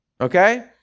Okay